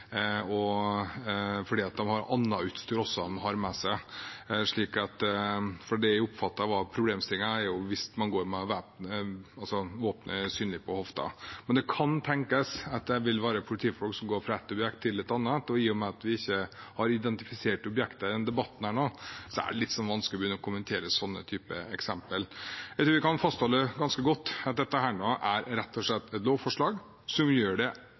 bil fordi de har annet utstyr med seg også. Det jeg oppfattet var problemstillingen, var at man går med våpen synlig på hofta. Men det kan tenkes at det vil være politifolk som går fra ett objekt til et annet, og i og med at vi ikke har identifisert objekter i denne debatten, er det litt vanskelig å begynne å kommentere sånne typer eksempel. Jeg tror vi kan fastholde ganske godt at dette er rett og slett et lovforslag som gjør hverdagen til politifolkene enklere, som gjør at de sparer tid, og det